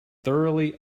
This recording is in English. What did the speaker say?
thoroughly